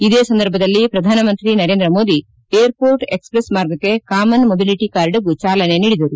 ಇದೇ ಸಂದರ್ಭದಲ್ಲಿ ಪ್ರಧಾನಮಂತ್ರಿ ನರೇಂದ್ರ ಮೋದಿ ಏರ್ಮೋರ್ಟ್ ಎಕ್ಸಪ್ರೆಸ್ ಮಾರ್ಗಕ್ಕೆ ಕಾಮನ್ ಮೊಬಿಲಿಟಿ ಕಾರ್ಡ್ ಗೂ ಚಾಲನೆ ನೀಡಿದರು